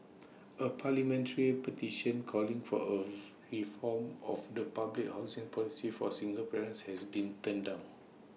A parliamentary petition calling for of reform of the public housing policy for single parents has been turned down